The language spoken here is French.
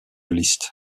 liste